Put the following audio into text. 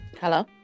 Hello